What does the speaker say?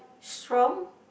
strong